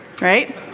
right